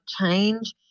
change